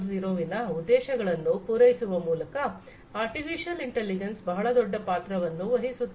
0 ವಿನ ಉದ್ದೇಶಗಳನ್ನು ಪೂರೈಸುವ ಮೂಲಕ ಆರ್ಟಿಫಿಶಿಯಲ್ ಇಂಟಲಿಜೆನ್ಸ್ ಬಹಳ ದೊಡ್ಡ ಪಾತ್ರವನ್ನು ವಹಿಸುತ್ತದೆ